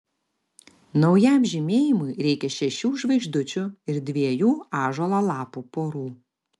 naujam žymėjimui reikia šešių žvaigždučių ir dviejų ąžuolo lapų porų